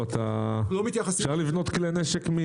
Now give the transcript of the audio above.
אפשר לבנות כלי נשק.